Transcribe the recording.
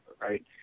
right